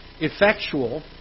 effectual